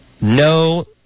No